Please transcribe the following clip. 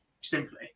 simply